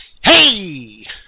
hey